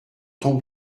tombe